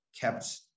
kept